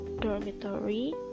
dormitory